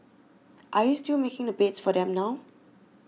are you still making the beds for them now